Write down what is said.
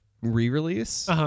re-release